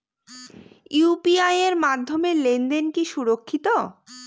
UPI এর মাধ্যমে লেনদেন কি সুরক্ষিত?